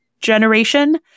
Generation